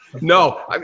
No